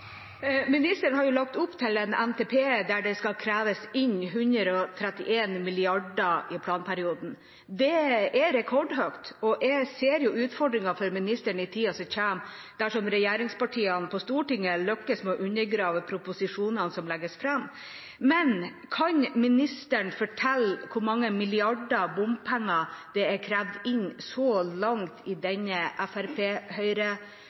Ministeren har lagt opp til en NTP der det skal kreves inn 131 mrd. kr i planperioden. Det er rekordhøyt, og jeg ser utfordringen for ministeren i tiden som kommer dersom regjeringspartiene på Stortinget lykkes med å undergrave proposisjonene som legges fram. Kan ministeren fortelle hvor mange milliarder i bompenger det er krevd inn så langt i